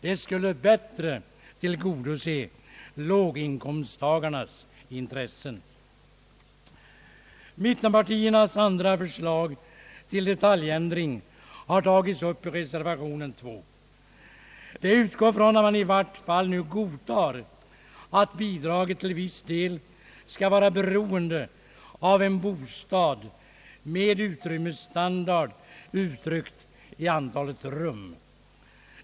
Det skulle bättre tillgodose låginkomsttagarnas intressen. Mittenpartiernas andra förslag till detaljändring har tagits upp i reservation 2. Det utgår ifrån att man i varje fall nu godtar att bidraget till viss del skall vara beroende av en bostad med en utrymmesstandard uttryckt i antalet rum.